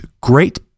great